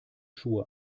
schuhe